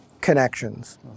connections